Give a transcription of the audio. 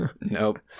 Nope